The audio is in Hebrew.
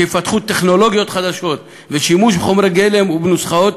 שיפתחו טכנולוגיות חדשות ושימוש בחומרי גלם ובנוסחאות